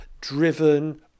driven